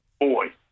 Boy